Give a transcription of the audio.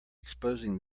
exposing